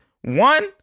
One